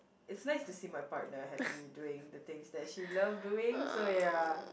is nice to see my partner happy doing the things that she love doing so ya